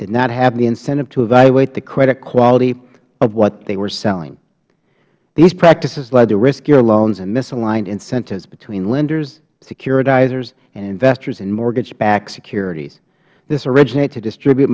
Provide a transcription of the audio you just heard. did not have the incentive to evaluate the credit quality of what they were selling these practices led to riskier loans and misaligned incentives between lenders securitizers and investors in mortgage backed securities this originate to distribute